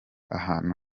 ahantu